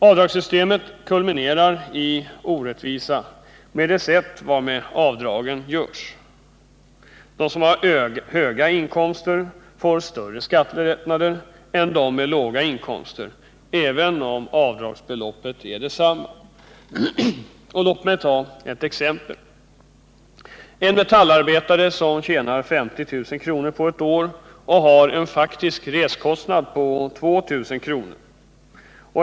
Avdragssystemet kulminerar i orättvisa med det sätt varpå avdragen görs. De som har höga inkomster får större skattelättnader än de med låga inkomster, även om avdragsbeloppet är detsamma. Låt mig ta ett exempel. En metallarbetare tjänar 50 000 kr. på ett år och har en faktisk resekostnad på 2 000 kr.